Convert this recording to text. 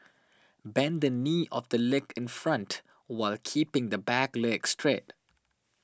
bend the knee of the leg in front while keeping the back leg straight